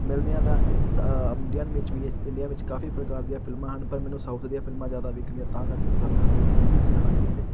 ਮਿਲਦੀਆਂ ਤਾਂ ਸ ਅ ਇੰਡੀਅਨ ਵਿੱਚ ਵੀ ਇਸ ਇੰਡੀਆ ਵਿੱਚ ਕਾਫੀ ਪ੍ਰਕਾਰ ਦੀਆਂ ਫਿਲਮਾਂ ਹਨ ਪਰ ਮੈਨੂੰ ਸਾਊਥ ਦੀਆਂ ਫਿਲਮਾਂ ਜ਼ਿਆਦਾ ਵੇਖਣੀਆਂ ਤਾਂ ਕਰਕੇ ਪਸੰਦ ਕਿਉਂਕਿ ਉਹਦੇ ਵਿੱਚ ਲੜਾਈ ਅਤੇ